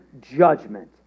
judgment